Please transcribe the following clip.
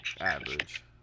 Average